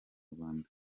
rwanda